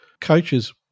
coaches